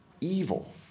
evil